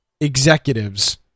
executives